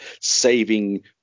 saving